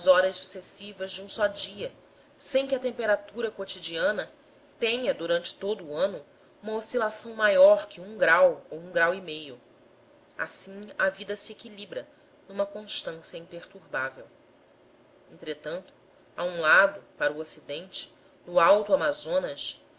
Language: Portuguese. horas sucessivas de um só dia sem que a temperatura quotidiana tenha durante todo o ano uma oscilação maior que o ssim a vida se equilibra numa constância imperturbável entretanto a um lado para o ocidente no alto amazonas